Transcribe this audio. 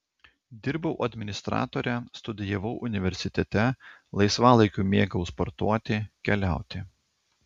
dirbau administratore studijavau universitete laisvalaikiu mėgau sportuoti keliauti